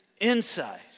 inside